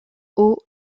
aux